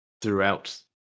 throughout